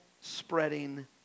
spreading